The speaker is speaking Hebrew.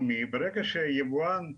אני מבקש להכניס לחוק את הנושא של תו תקן,